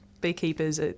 beekeepers